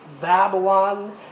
Babylon